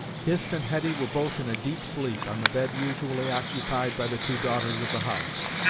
hist and hetty were both in a deep sleep, on the bed usually occupied by the two daughters of the house,